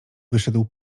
wyszedł